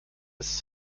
ist